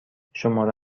شماره